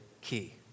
key